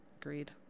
Agreed